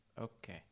Okay